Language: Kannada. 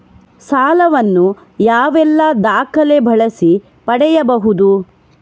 ಸಾಲ ವನ್ನು ಯಾವೆಲ್ಲ ದಾಖಲೆ ಬಳಸಿ ಪಡೆಯಬಹುದು?